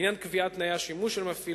לעניין קביעת תנאי השימוש של מפעיל